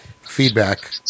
feedback